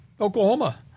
Oklahoma